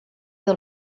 del